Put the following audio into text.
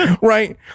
right